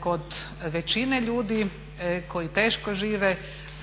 kod većine ljudi koji teško žive